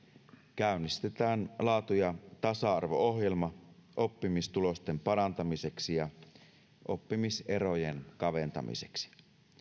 käynnistetään laatu ja tasa arvo ohjelma oppimistulosten parantamiseksi ja oppimiserojen kaventamiseksi